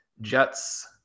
Jets